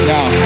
Now